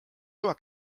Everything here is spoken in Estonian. luua